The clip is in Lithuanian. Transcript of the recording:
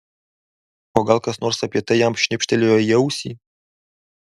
o gal kas nors apie tai jam šnibžtelėjo į ausį